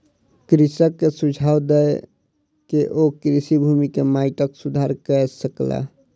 कृषक के सुझाव दय के ओ कृषि भूमि के माइटक सुधार कय सकला